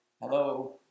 hello